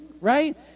Right